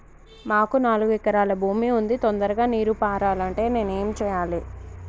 మాకు నాలుగు ఎకరాల భూమి ఉంది, తొందరగా నీరు పారాలంటే నేను ఏం చెయ్యాలే?